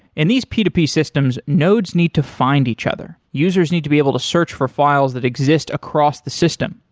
in these p to p systems, nodes need to find each other. users need to be able to search for files that exist across the system.